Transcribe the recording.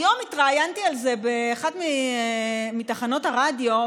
היום התראיינתי על זה באחת מתחנות הרדיו,